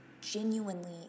genuinely